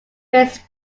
race